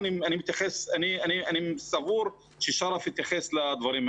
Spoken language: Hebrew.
אני סבור ששרף כבר התייחס לדברים האלה.